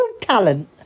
talent